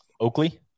Oakley